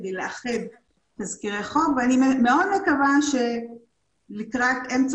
כדי לאחד תזכירי חוק ואני מאוד מקווה שלקראת אמצע